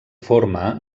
forma